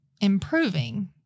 improving